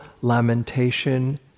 lamentation